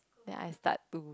then I start to